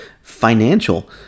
financial